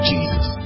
Jesus